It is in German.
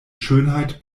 schönheit